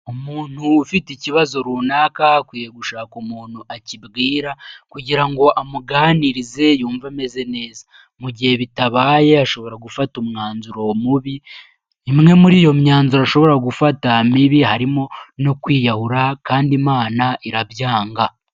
Umuntu ufite ikibazo runaka akwiye gushaka umuntu akibwira kugira ngo amuganirize yummva ameze neza. Mu gihe bitabaye ashobora gufata umwanzuro mubi, imwe muri iyo myanzuro ashobora gufata mibi harimo no kwiyahura kandi imana irabyanga.